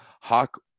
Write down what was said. Hawk